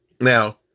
Now